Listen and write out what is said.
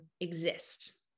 exist